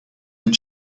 den